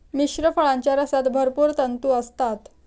मिश्र फळांच्या रसात भरपूर तंतू असतात